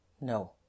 No